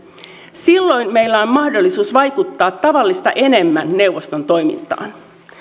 silloin meillä on mahdollisuus vaikuttaa tavallista enemmän neuvoston toimintaan